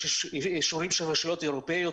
יש אישורים של רשויות אירופאיות,